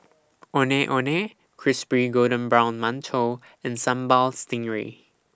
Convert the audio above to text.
Ondeh Ondeh Crispy Golden Brown mantou and Sambal Stingray